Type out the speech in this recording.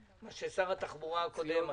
מה ששר התחבורה הקודם אישר.